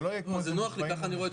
חבר הכנסת